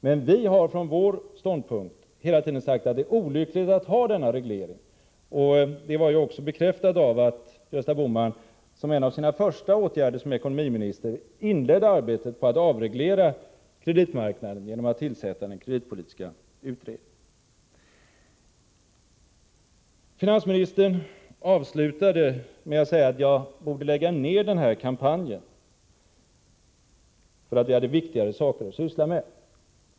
Men vi har från vår ståndpunkt hela tiden sagt att det är olyckligt att ha denna reglering. Det har också bekräftats genom att Gösta Bohman som en av sina första åtgärder som ekonomiminister inledde arbetet på att avreglera kreditmarknaden genom att tillsätta den kreditpolitiska utredningen. Finansministern avslutade sitt anförande med att säga att jag borde lägga ner den här kampanjen för att jag hade viktigare saker att syssla med.